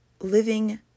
living